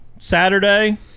Saturday